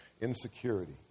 insecurity